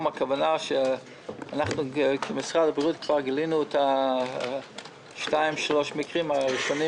כלומר משרד הבריאות גילה שניים-שלושה מקרים ראשונים